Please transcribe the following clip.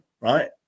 right